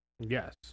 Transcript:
Yes